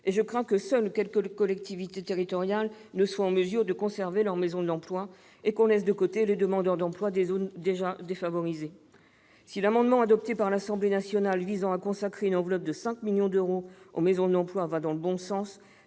Je crains que seules quelques collectivités territoriales ne soient en mesure de conserver leur maison de l'emploi, et qu'on ne laisse de côté les demandeurs d'emploi des zones déjà défavorisées. Si l'amendement adopté par l'Assemblée nationale visant à consacrer une enveloppe de 5 millions d'euros aux maisons de l'emploi va dans le bon sens,